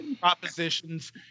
Propositions